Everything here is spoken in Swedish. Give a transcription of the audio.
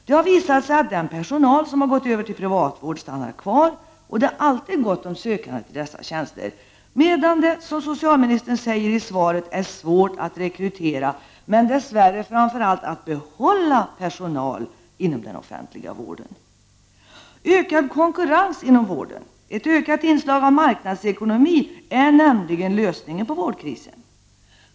Det har visat sig att den personal som har gått över till privatvård stannar kvar och att det alltid är gott om sökande till dessa tjänster, medan det, så som socialministern säger i svaret, är svårt att rekrytera men framför allt — dess värre — att behålla personal inom den offentliga vården. Ökad konkurrens inom vården, ett ökat inslag av marknadsekonomi, är nämligen lösningen på vårdkrisen.